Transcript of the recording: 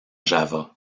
java